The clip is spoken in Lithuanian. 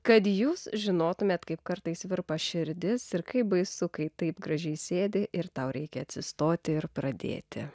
kad jūs žinotumėt kaip kartais virpa širdis ir kaip baisu kai taip gražiai sėdi ir tau reikia atsistoti ir pradėti